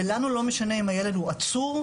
ולנו לא משנה אם הילד הוא עצור,